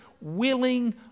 willing